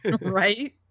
right